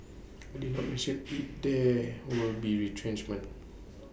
IT did not mention if there will be retrenchments